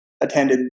attended